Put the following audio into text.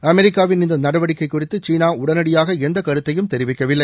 அமெரிக்காவின் இந்த நடவடிக்கை குறித்து சீனா உடனடியாக எந்த கருத்தையும் தெரிவிக்கவில்லை